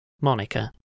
Monica